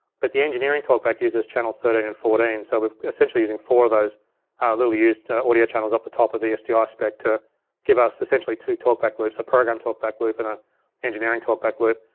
but the engineering talkback uses channels thirteen and fourteen, so we've, essentially using four of those little used audio channels at the top of the sdi spec to give us essentially two talkback loops, a program talkback loop and a engineering talkback loop.